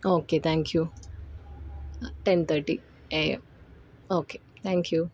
okay thank you ten thirty A M okay thank you